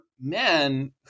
men